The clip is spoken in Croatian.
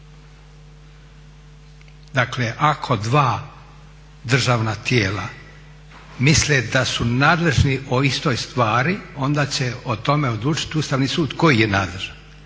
Dakle ako dva državna tijela misle da su nadležni o istoj stvari onda će o tome odlučit Ustavni sud koji je nadležan.